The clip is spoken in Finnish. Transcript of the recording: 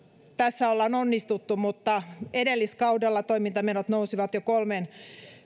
tässä ollaan onnistuttu mutta edelliskaudella toimintamenot nousivat jo kolmeen